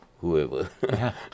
whoever